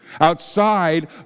outside